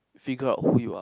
figure out who you are